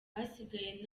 asigaye